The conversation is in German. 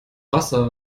wasser